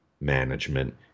management